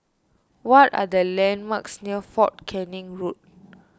what are the landmarks near fort Canning Road